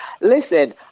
Listen